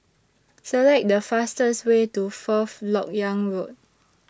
Select The fastest Way to Fourth Lok Yang Road